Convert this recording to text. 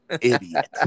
Idiot